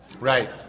Right